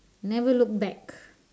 never look back